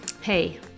Hey